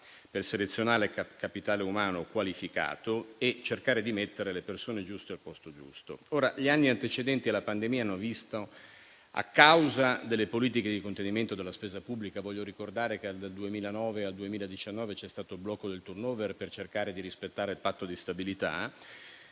per selezionare capitale umano qualificato e cercare di mettere le persone giuste al posto giusto. Gli anni antecedenti alla pandemia hanno visto, a causa delle politiche di contenimento della spesa pubblica - voglio ricordare che dal 2009 al 2019 c'è stato il blocco del *turnover* per cercare di rispettare il patto di stabilità